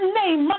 name